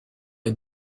est